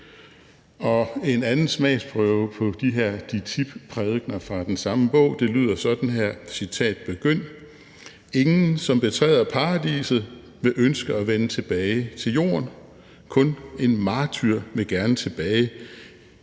Og en anden smagsprøve på de her DİTİB-prædikener fra den samme bog lyder sådan her: »Ingen, som betræder Paradiset, ville ønske at vende tilbage til Jorden. Kun en martyr vil gerne tilbage